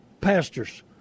pastors